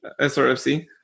SRFC